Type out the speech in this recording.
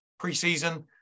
preseason